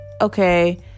okay